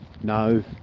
No